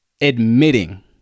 admitting